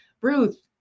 Ruth